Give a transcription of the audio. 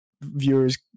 viewers